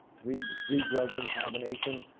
three but three drugs in combination,